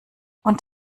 und